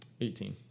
Eighteen